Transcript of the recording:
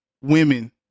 women